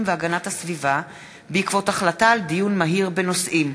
והגנת הסביבה בעקבות דיון מהיר בהצעה של